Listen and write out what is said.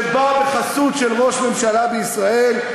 שבא בחסות של ראש ממשלה בישראל,